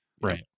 right